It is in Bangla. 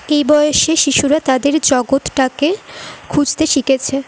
এই বয়সে শিশুরা তাদের জগৎটাকে খুঁজতে শিখেছে